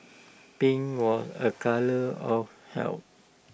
pink was A colour of health